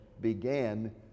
began